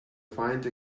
find